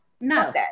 no